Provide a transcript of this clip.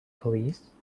police